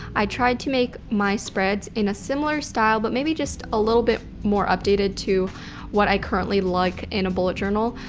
i tried to make my spreads in a similar style but maybe just a little bit more updated to what i currently like in a bullet journal.